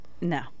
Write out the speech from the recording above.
No